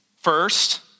first